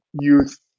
youth